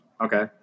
Okay